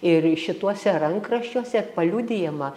ir šituose rankraščiuose paliudijama